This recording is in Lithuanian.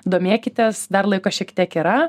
domėkitės dar laiko šiek tiek yra